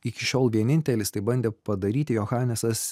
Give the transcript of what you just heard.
iki šiol vienintelis tai bandė padaryti johanesas